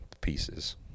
pieces